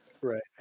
Right